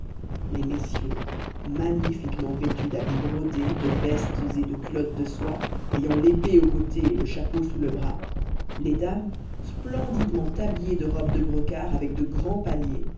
les messieurs magnifiquement vêtus d'habits brodés de vestes et de culottes de soie ayant l'épée au côté et le chapeau sous le bras les dames splendidement habillées de robes de brocart avec de grands paniers